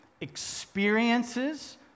experiences